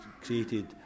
created